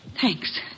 Thanks